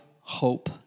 hope